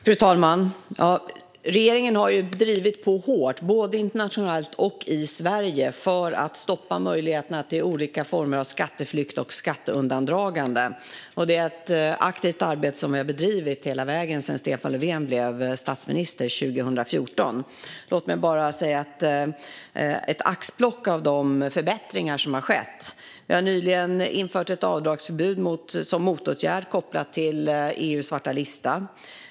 Fru talman! Regeringen har drivit på hårt, både internationellt och i Sverige, för att stoppa möjligheterna till olika former av skatteflykt och skatteundandragande. Det är ett aktivt arbete som vi har bedrivit hela vägen sedan Stefan Löfven blev statsminister 2014. Låt mig ta upp ett axplock av de förbättringar som har skett! Vi har nyligen infört ett avdragsförbud som motåtgärd kopplat till EU:s svarta lista.